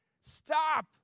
stop